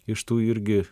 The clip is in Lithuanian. iš tų irgi